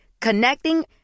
Connecting